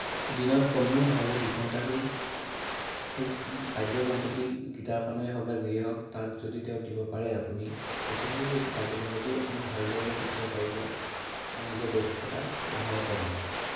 দিনত কমেও নহ'লে দুঘণ্টাকৈ সেই বাদ্যযন্ত্ৰটি গীটাৰখনেই হওক বা যিয়েই হওক তাত যদি তেওঁক দিব পাৰে আপুনি তেতিয়াহে সেই বাদ্যযন্ত্ৰটি আপুনি ভালদৰে শিকিব পাৰিব আৰু নিজৰ দক্ষতা বঢ়াব পাৰিব